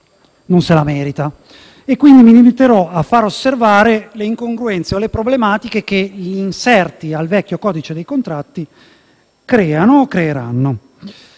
non se la merita; mi limiterò quindi a far osservare le incongruenze o le problematiche che gli inserti al vecchio codice dei contratti creano o creeranno.